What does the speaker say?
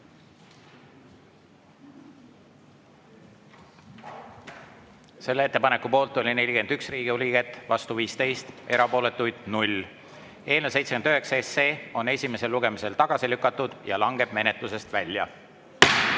Ettepaneku poolt oli 41 Riigikogu liiget, vastu 15, erapooletuid 0. Eelnõu 79 on esimesel lugemisel tagasi lükatud ja langeb menetlusest välja.